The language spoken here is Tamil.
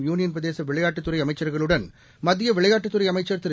யூனியன் பிரதேச விளையாட்டுத் துறை அமைச்சருடன் மத்திய விளையாட்டுத்துறை அமைச்சர் திரு